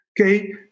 Okay